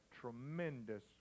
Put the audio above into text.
tremendous